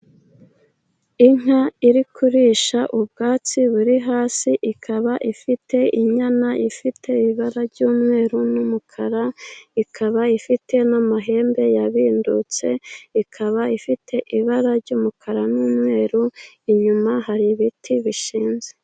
Inka iri kurisha ubwatsi buri hasi, ikaba ifite inyana ifite ibara ry'umweru n'umukara. Ikaba ifite n'amahembe yanditse, ikaba ifite ibara ry'umukara n'umweru inyuma hari ibiti bishinze.